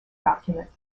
document